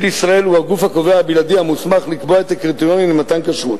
לישראל היא הגוף הקובע הבלעדי המוסמך לקבוע את הקריטריונים למתן כשרות.